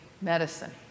medicine